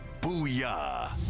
Booyah